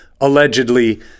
allegedly